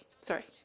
sorry